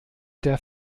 der